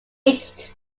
ate